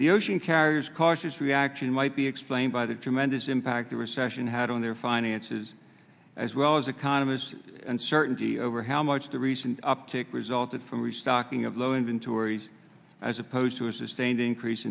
the ocean carrier's cautious reaction might be explained by the tremendous impact the recession had on their finances as well as economists uncertainty over how much the recent uptick resulted from restocking of low inventories as opposed to a sustained increase